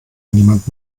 niemand